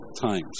times